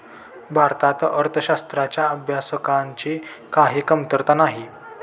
भारतात अर्थशास्त्राच्या अभ्यासकांची काही कमतरता नाही